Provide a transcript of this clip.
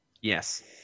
Yes